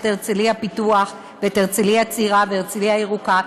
הרצליה פיתוח ואת הרצליה הצעירה והרצליה הירוקה,